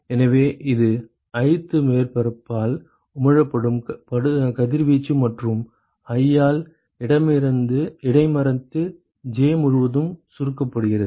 எனவே இது jth மேற்பரப்பால் உமிழப்படும் கதிர்வீச்சு மற்றும் i ஆல் இடைமறித்து j முழுவதும் சுருக்கப்பட்டது